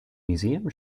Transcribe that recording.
museum